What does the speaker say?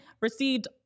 received